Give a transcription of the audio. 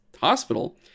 hospital